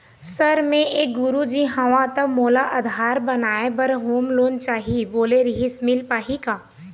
Sir मे एक गुरुजी हंव ता मोला आधार बनाए बर होम लोन चाही बोले रीहिस मील पाही का?